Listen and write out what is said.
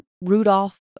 Rudolph